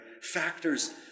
factors